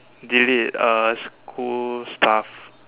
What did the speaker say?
delete uh school stuff